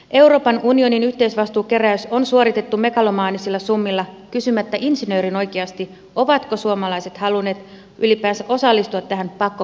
euroopan unionin yhteisvastuukeräys on suoritettu megalomaanisilla summilla kysymättä insinöörin oikeasti ovatko suomalaiset halunneet ylipäänsä osallistua tähän pakkokeräykseen